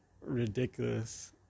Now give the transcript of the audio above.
ridiculous